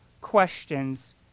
questions